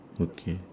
okay